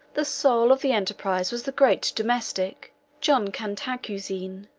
the soul of the enterprise was the great domestic john cantacuzene